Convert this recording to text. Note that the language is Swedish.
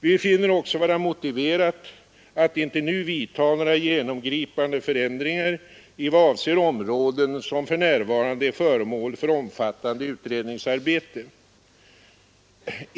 Vi finner det också vara motiverat att inte nu vidta några genomgripande förändringar beträffande områden som för närvarande är föremål för omfattande utredningsarbete.